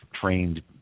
trained